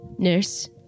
Nurse